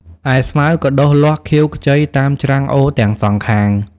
ឯស្មៅក៏ដុះលាស់ខៀវខ្ចីតាមច្រាំងអូរទាំងសងខាង ។